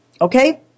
okay